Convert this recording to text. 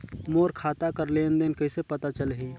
मोर खाता कर लेन देन कइसे पता चलही?